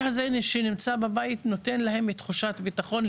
הזה שנמצא בבית נותן להם תחושת ביטחון,